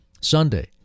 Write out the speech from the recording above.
Sunday